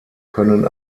können